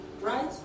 right